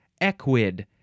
equid